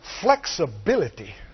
flexibility